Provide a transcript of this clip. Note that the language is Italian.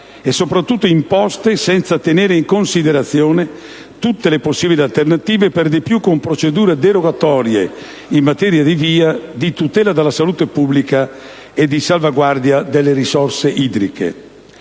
- soprattutto - imposte senza tenere in considerazione tutte le possibili alternative, per di più con procedure derogatorie in materia di VIA, di tutela della salute pubblica e di salvaguardia delle risorse idriche.